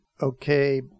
okay